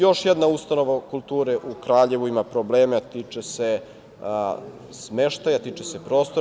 Još jedna ustanova kulture u Kraljevu ima probleme, a tiče se smeštaja, tiče se prostora.